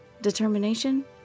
Determination